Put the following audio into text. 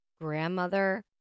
grandmother